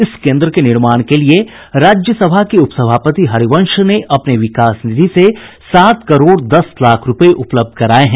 इस कोन्द्र के निर्माण के लिए राज्यसभा के उपसभापति हरिवंश ने अपने विकास निधि से सात करोड़ दस लाख रूपये उपलब्ध कराये हैं